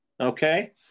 okay